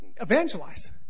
evangelize